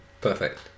perfect